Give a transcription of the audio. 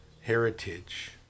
heritage